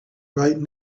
right